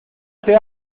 ese